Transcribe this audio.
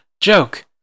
joke